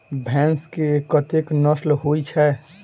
भैंस केँ कतेक नस्ल होइ छै?